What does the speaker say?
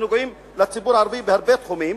שנוגעים לציבור הערבי בהרבה תחומים,